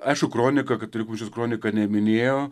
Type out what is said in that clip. aišku kronika katalikų bažnyčios kronika neminėjo